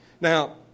Now